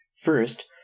First